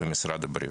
ממשרד הבריאות.